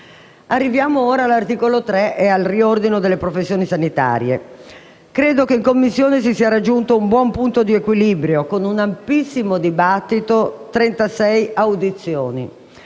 Arriviamo ora all'articolo 3 e al riordino delle professioni sanitarie. Credo che in Commissione si sia raggiunto un buon punto di equilibrio, con un ampissimo dibattito e 36 audizioni.